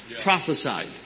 prophesied